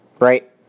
right